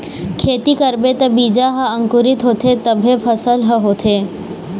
खेती करबे त बीजा ह अंकुरित होथे तभे फसल ह होथे